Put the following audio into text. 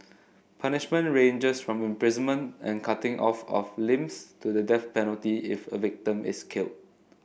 punishment ranges from imprisonment and cutting off of limbs to the death penalty if a victim is killed